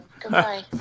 Goodbye